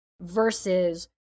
versus